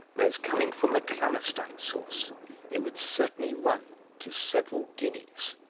whereas coming from a klammerstein source it would certainly run to several guineas.